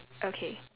okay